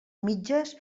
mitges